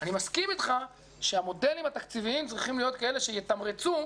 אני מסכים אתך שהמודלים התקציביים צריכים להיות כאלה שיתמרצו,